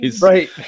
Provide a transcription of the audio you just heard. right